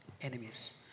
enemies